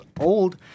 old